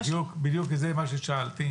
הרי בדיוק זה מה ששאלתי.